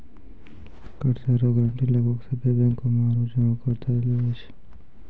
कर्जा रो गारंटी लगभग सभ्भे बैंको मे आरू जहाँ कर्जा देलो जाय छै